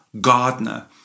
gardener